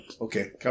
Okay